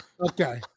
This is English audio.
Okay